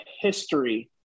history